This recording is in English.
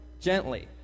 gently